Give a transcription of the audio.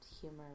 humor